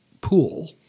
pool